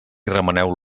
remeneu